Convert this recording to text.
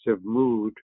mood